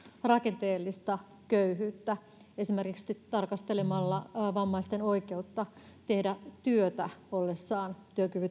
rakenteellista köyhyyttä esimerkiksi tarkastelemalla vammaisten oikeutta tehdä työtä ollessaan